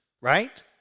right